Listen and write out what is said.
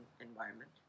environment